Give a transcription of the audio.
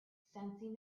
sensing